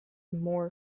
more